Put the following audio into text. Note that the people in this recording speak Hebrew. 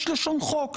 יש לשון חוק,